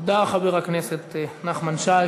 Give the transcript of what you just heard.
תודה, חבר הכנסת נחמן שי.